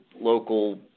local